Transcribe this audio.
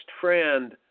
friend